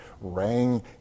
rang